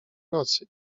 nocy